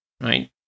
right